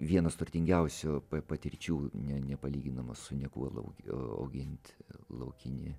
vienas turtingiausių patirčių ne nepalyginama su niekuo augint laukinį